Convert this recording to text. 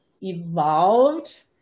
evolved